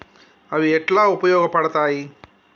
అవి ఎట్లా ఉపయోగ పడతాయి?